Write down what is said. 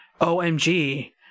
OMG